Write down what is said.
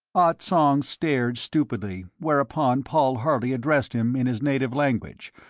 ah tsong stared stupidly, whereupon paul harley addressed him in his native language,